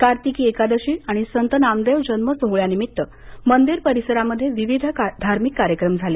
कार्तिकी एकादशी आणि संत नामदेव जन्म सोहळ्यानिमित्त मंदिर परिसरामध्ये विविध धार्मिक कार्यक्रम झाले